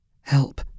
Help